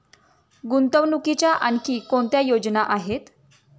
गुंतवणुकीच्या आणखी कोणत्या योजना आहेत?